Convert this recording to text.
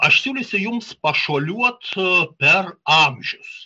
aš siūlysiu jums pašuoliuot per amžius